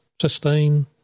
sustain